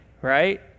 right